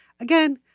again